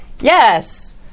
yes